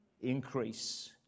increase